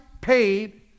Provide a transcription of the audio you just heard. paid